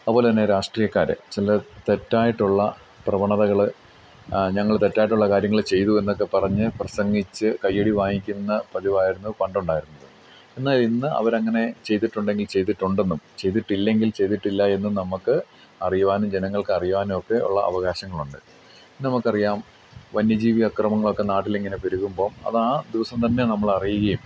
അതുപോലെത്തന്നെ രാഷ്ട്രീയക്കാർ ചില തെറ്റായിട്ടുള്ള പ്രവണതകൾ ഞങ്ങൾ തെറ്റായിട്ടുള്ള കാര്യങ്ങൾ ചെയ്തു എന്നൊക്കെ പറഞ്ഞ് പ്രസംഗിച്ച് കയ്യടി വാങ്ങിക്കുന്ന പതിവായിരുന്നു പണ്ടുണ്ടായിരുന്നത് എന്നാൽ ഇന്ന് അവരങ്ങനെ ചെയ്തിട്ടുണ്ടെങ്കിൽ ചെയ്തിട്ടുണ്ടെന്നും ചെയ്തിട്ടില്ലെങ്കിൽ ചെയ്തിട്ടില്ല എന്നും നമുക്ക് അറിയുവാനും ജനങ്ങൾക്ക് അറിയുവാനും ഒക്കെ ഉള്ള അവകാശങ്ങളുണ്ട് നമുക്കറിയാം വന്യജീവി അക്രമങ്ങളൊക്കെ നാട്ടിലിങ്ങനെ പെരുകുമ്പോൾ അത് ആ ദിവസം തന്നെ നമ്മളറിയുകയും